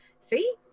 See